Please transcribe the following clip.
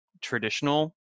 traditional